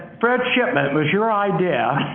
fred shipman, it was your idea.